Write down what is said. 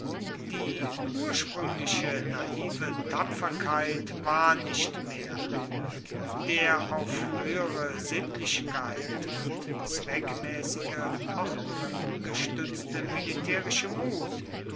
die ursprüngliche naive tapferkeit war nicht mehr der auf höhere sittlichkeit und zweckmäßige ordnungen gestützte militärische mut